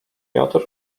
piotr